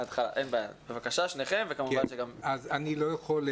אני לא יכול,